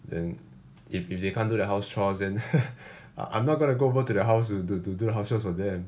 then if if they can't do that house chores then I'm not going to go over to their house to do house chores for them